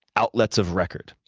outlets of record,